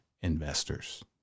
investors